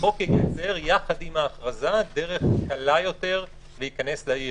החוק ייצר יחד עם ההכרזה דרך קלה יותר להיכנס לעיר.